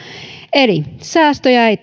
eli säästöjä ei